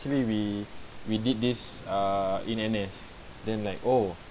actually we we did this err in N_S then like oh